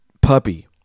puppy